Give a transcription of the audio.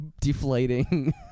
deflating